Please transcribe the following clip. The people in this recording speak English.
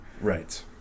Right